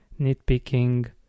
nitpicking